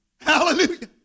Hallelujah